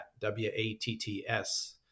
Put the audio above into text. W-A-T-T-S